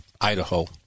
Idaho